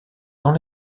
dans